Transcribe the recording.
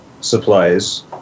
supplies